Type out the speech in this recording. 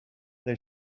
they